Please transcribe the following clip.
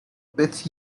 with